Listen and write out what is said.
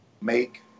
make